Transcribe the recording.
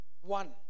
One